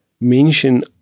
mention